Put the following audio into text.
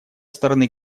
стороны